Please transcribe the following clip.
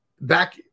back